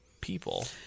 people